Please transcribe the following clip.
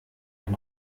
dem